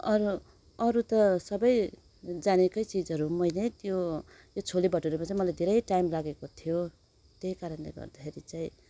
अरू अरू त सबै जानेकै चिजहरू मैले यो छोले भटोरेको धेरै टाइम लागेको थियो त्यही कारणले गर्दाखेरि चाहिँ